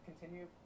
continue